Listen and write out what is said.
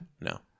No